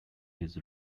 his